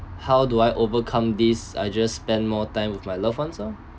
how do I overcome these I just spend more time with my loved ones oh